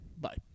Bye